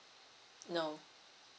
no